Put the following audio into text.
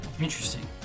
Interesting